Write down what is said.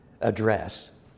address